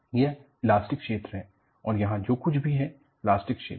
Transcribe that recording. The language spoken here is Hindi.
यह इलास्टिक क्षेत्र है और यहां जो कुछ भी है प्लास्टिक क्षेत्र है